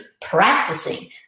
practicing